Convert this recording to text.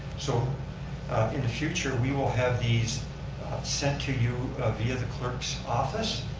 so in the future, we will have these sent to you via the clerk's office.